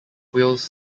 wales